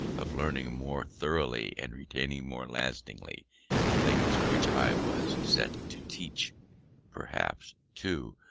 of learning more thoroughly and retaining more lastingly the things which i was set to teach perhaps, too,